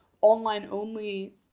online-only